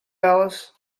alice